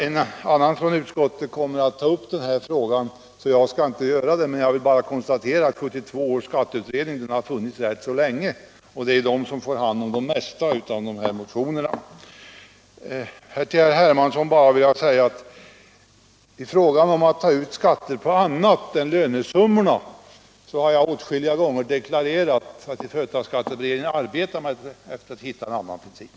En annan ledamot av utskottet kommer att ta upp den frågan, så jag skall inte göra det. Jag vill bara konstatera att 1972 års skatteutredning har funnits rätt länge, och det är den som får hand om de flesta av dessa motioner. Herr Hermansson talade om att ta ut skatter på annat än lönesummorna. Jag har åtskilliga gånger deklarerat att man i företagsskatteberedningen arbetar på att hitta en annan princip.